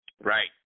Right